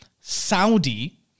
Saudi